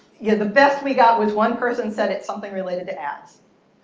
yeah the best we got was one person said it's something related to ads.